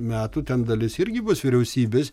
metų ten dalis irgi bus vyriausybės